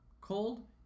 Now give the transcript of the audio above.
Cold